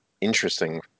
interesting